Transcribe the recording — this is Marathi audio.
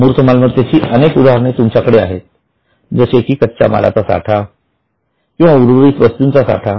अमूर्त मालमत्तेची अनेक उदाहरणे तुमच्याकडे आहेत जसे की कच्च्या मालाचा साठा किंवा उर्वरित वस्तूंचा साठा